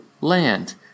land